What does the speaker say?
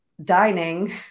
Dining